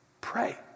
Pray